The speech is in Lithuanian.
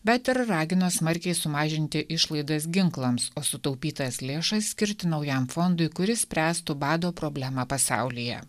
bet ir ragino smarkiai sumažinti išlaidas ginklams o sutaupytas lėšas skirti naujam fondui kuris spręstų bado problemą pasaulyje